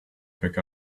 pick